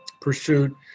pursuit